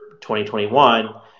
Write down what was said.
2021